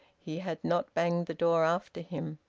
he had not banged the door after him.